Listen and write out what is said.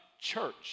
church